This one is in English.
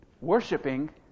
Worshipping